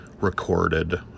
recorded